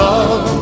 Love